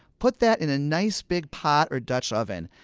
put that in a nice big pot or dutch oven,